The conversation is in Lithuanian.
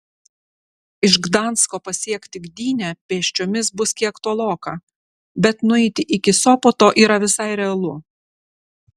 iš gdansko pasiekti gdynę pėsčiomis bus kiek toloka bet nueiti iki sopoto yra visai realu